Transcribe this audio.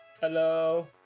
Hello